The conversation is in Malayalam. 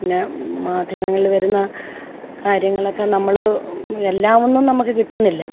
പിന്നെ മാധ്യമങ്ങളിൽ വരുന്ന കാര്യങ്ങളൊക്കെ നമ്മൾ എല്ലാം ഒന്നും നമുക്ക് കിട്ടുന്നില്ല